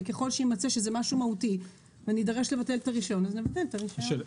וככל שיימצא שזה משהו מהותי ונידרש לבטל את הרישיון אז נבטל את הרישיון.